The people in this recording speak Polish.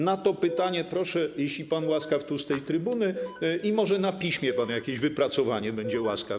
Na to pytanie proszę, jeśli pan łaskaw, tu, z tej trybuny, i może na piśmie pan jakieś wypracowanie będzie łaskaw.